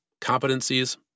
competencies